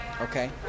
Okay